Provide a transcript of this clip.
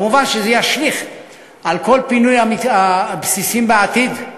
כמובן שזה ישליך על כל פינוי הבסיסים בעתיד.